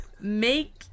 Make